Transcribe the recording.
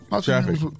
Traffic